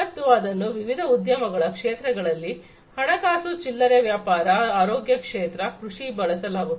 ಮತ್ತು ಇದನ್ನು ವಿವಿಧ ಉದ್ಯಮ ಕ್ಷೇತ್ರಗಳಲ್ಲಿ ಹಣಕಾಸು ಚಿಲ್ಲರೆ ವ್ಯಾಪಾರ ಆರೋಗ್ಯ ಕ್ಷೇತ್ರ ಕೃಷಿ ಬಳಸಲಾಗುತ್ತದೆ